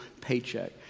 paycheck